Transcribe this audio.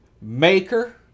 maker